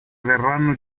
verranno